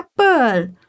apple